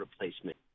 replacement